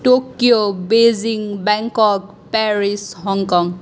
Tokyo Beijing Bangkok Paris Hong Kong